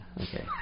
okay